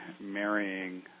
marrying